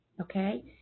Okay